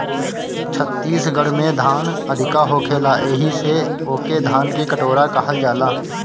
छत्तीसगढ़ में धान अधिका होखेला एही से ओके धान के कटोरा कहल जाला